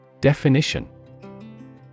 Definition